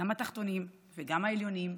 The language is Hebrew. גם התחתונים וגם העליונים,